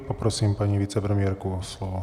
Poprosím paní vicepremiérku o slovo.